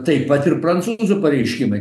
taip pat ir prancūzų pareiškimai